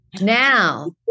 Now